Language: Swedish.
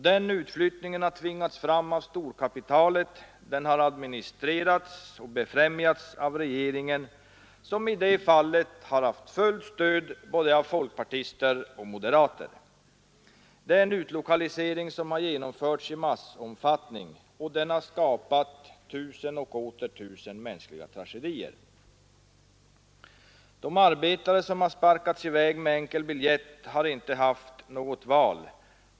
Den utflyttningen har tvingats fram av storkapitalet, den har administrerats och befrämjats av regeringen, som i det fallet har haft fullt stöd av både folkpartister och moderater. Det är en utlokalisering som har genomförts i massomfattning, och den har skapat tusen och åter tusen mänskliga tragedier. De arbetare som har sparkats i väg med enkel biljett har inte haft något val.